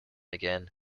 again